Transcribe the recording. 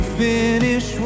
finish